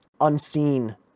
unseen